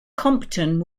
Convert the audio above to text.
compton